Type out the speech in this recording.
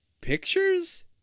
Pictures